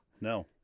no